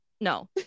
No